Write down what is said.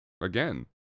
again